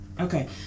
Okay